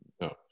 No